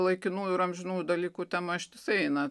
laikinųjų ir amžinų dalykų tema ištisai eina